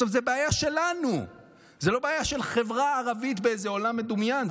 זאת בעיה שלנו ולא בעיה של חברה ערבית באיזה עולם מדומיין.